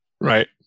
Right